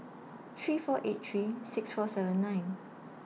three four eight three six four seven nine